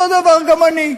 אותו דבר גם אני.